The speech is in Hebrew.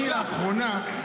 לאחרונה,